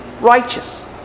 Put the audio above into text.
righteous